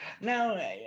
Now